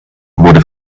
wurde